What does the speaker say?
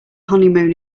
honeymoon